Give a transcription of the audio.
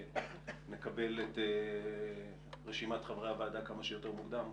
אני מקווה שנקבל את רשימת חברי הוועדה כמה שיותר מוקדם.